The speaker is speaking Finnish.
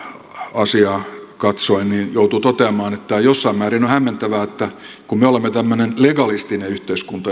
asiaa katsoen joutuu toteamaan että jossain määrin on hämmentävää kun me olemme tämmöinen legalistinen yhteiskunta